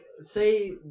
say